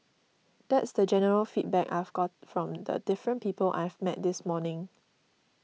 that's the general feedback I've got from the different people I've met this morning